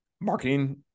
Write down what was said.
marketing